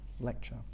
lecture